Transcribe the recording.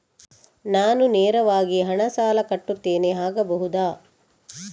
ನಾನು ನೇರವಾಗಿ ಹಣ ಸಾಲ ಕಟ್ಟುತ್ತೇನೆ ಆಗಬಹುದ?